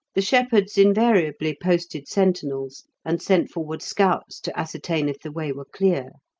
the shepherds invariably posted sentinels, and sent forward scouts to ascertain if the way were clear.